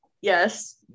yes